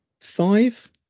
five